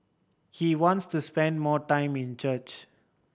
he wants to spend more time in church